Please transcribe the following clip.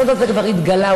הסוד הזה כבר התגלה,